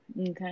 Okay